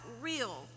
real